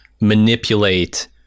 manipulate